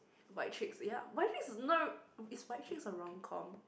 White Chicks ya White Chicks is not is White Chicks a romcom